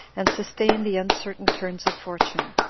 and sustain the uncertain turns of fortune.